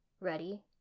Ready